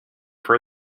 for